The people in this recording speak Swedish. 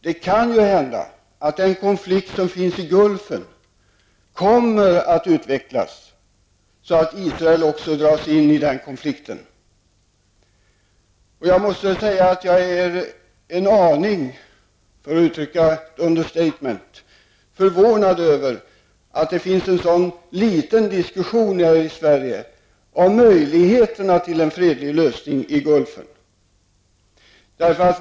Det kan hända att konflikten i Gulfen kommer att utvecklas så att också Israel dras in i den konflikten. Jag är en aning, för att använda ett understatement, förvånad över att det förs en så liten diskussion i Sverige om möjligheterna till en fredlig lösning på krisen i Gulfen.